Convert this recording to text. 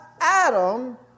Adam